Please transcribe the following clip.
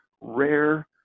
rare